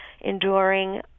enduring